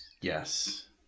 Yes